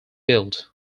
built